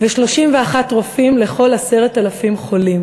ו-31 רופאים לכל 10,000 חולים.